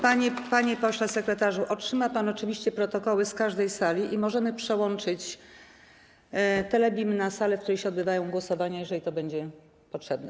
Panie pośle sekretarzu, otrzyma pan oczywiście protokoły z każdej sali i możemy przełączyć telebim na salę, w której się odbywają głosowania, jeżeli to będzie potrzebne.